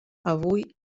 avui